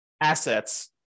assets